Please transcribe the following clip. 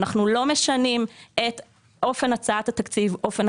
אנחנו לא משנים את אופן הצעת התקציב,